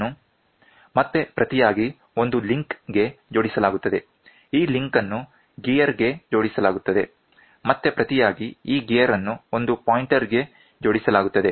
ಇದನ್ನು ಮತ್ತೆ ಪ್ರತಿಯಾಗಿ ಒಂದು ಲಿಂಕ್ ಗೆ ಜೋಡಿಸಲಾಗುತ್ತದೆ ಈ ಲಿಂಕ್ ಅನ್ನು ಗೇರ್ ಗೆ ಜೋಡಿಸಲಾಗುತ್ತದೆ ಮತ್ತೆ ಪ್ರತಿಯಾಗಿ ಈ ಗೇರ್ ಅನ್ನು ಒಂದು ಪಾಯಿಂಟರ್ ಗೆ ಜೋಡಿಸಲಾಗುತ್ತದೆ